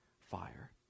fire